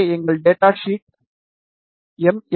இங்கே எங்கள் data sheet M